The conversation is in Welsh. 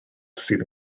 sydd